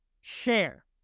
Share